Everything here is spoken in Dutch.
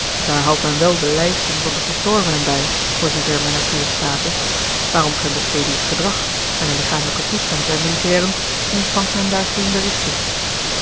daar houdt men wel de lijsten van de gestorvenen bij voor zoover men er toe in staat is maar omtrent het zedelijk gedrag en den lichamelijken toestand der militairen ontvangt men daar geene berichten